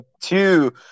two